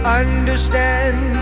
understand